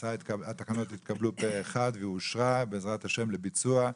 התקנות התקבלו פה אחד ואושרו בעזרת ה' לביצוע.